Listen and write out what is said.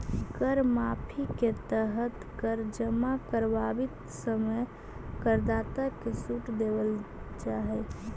कर माफी के तहत कर जमा करवावित समय करदाता के सूट देल जाऽ हई